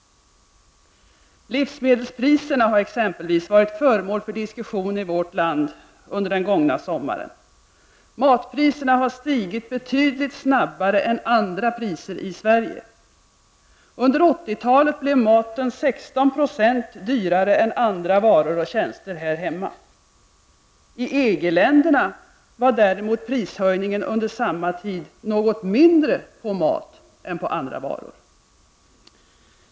Livsmedelspriserna har exempelvis varit föremål för diskussion i vårt land under den gångna sommaren. Matpriserna har stigit betydligt snabbare än andra priser i Sverige. Under 80-talet blev maten 16 % dyrare än andra varor och tjänster här hemma. I EG-länderna var däremot prishöjningen under samma tid något mindre på mat än på andra varor.